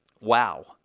wow